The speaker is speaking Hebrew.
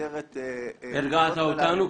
משטרת --- הרגעת אותנו,